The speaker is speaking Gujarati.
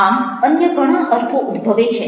આમ અન્ય ઘણા અર્થો ઉદ્ભવે છે